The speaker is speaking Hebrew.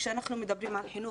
כשאנחנו מדברים על חינוך,